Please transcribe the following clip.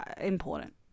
Important